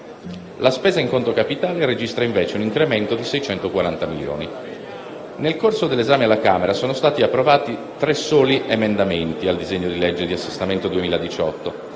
La spesa in conto capitale registra invece un incremento di 640 milioni. Nel corso dell'esame alla Camera sono stati approvati tre soli emendamenti al disegno di legge di assestamento 2018.